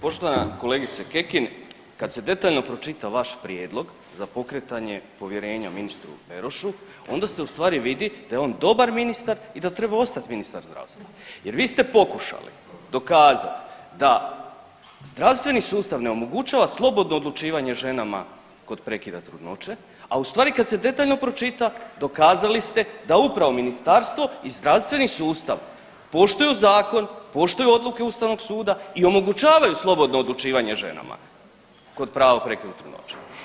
Poštovana kolegice Kekin, kad se detaljno pročita vaš prijedlog za pokretanje povjerenja ministru Berošu onda se u stvari vidi da je on dobar ministar i da treba ostati ministar zdravstva, jer vi ste pokušali dokazati da zdravstveni sustav ne omogućava slobodno odlučivanje ženama kod prekida trudnoće, a u stvari kad se detaljno pročita dokazali ste da upravo ministarstvo i zdravstveni sustav poštuju zakon, poštuju odluke Ustavnog suda i omogućavaju slobodno odlučivanje ženama kod prava prekida trudnoće.